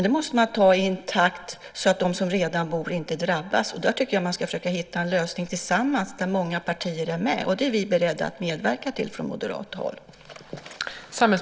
Det måste man ta i en takt så att de som redan bor inte drabbas. Där tycker jag att man ska försöka hitta en lösning tillsammans där många partier är med. Det är vi beredda att medverka till från moderat håll.